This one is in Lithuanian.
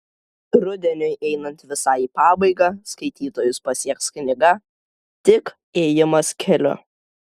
rudeniui einant visai į pabaigą skaitytojus pasieks knygą tik ėjimas keliu